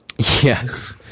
yes